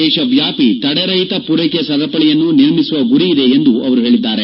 ದೇಶವ್ಕಾಪಿ ತಡೆರಹಿತ ಪೂರೈಕೆ ಸರಪಳಿಯನ್ನು ನಿರ್ಮಿಸುವ ಗುರಿಯಿದೆ ಎಂದು ಅವರು ಹೇಳಿದ್ದಾರೆ